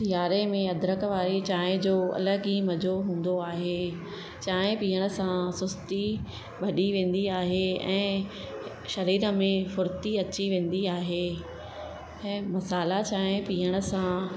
सियारे में अद्रक वारी चांहि जो अलॻि ई मज़ो हूंदो आहे चांहि पीअण सां सुस्ती वॾी वेंदी आहे ऐं शरीर में फुर्ती अची वेंदी आहे ऐं मसाला चांहि पीअण सां